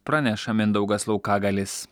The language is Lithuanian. praneša mindaugas laukagalis